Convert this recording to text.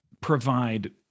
provide